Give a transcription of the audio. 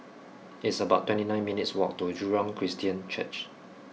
it's about twenty nine minutes' walk to Jurong Christian Church